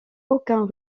aucun